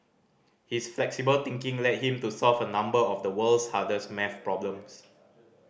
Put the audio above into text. his flexible thinking led him to solve a number of the world's hardest maths problems